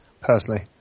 personally